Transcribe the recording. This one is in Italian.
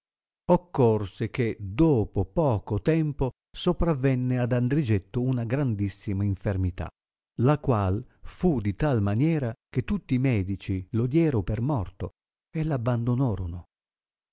occorse che dopo poco tempo sopravenne ad andrigetto una grandissima infermità la qual fu di tal maniera che tutti i medici lo diero per morto